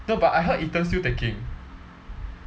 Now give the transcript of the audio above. no but I heard ethan still taking